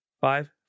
Five